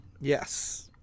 Yes